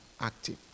active